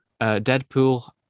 Deadpool